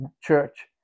church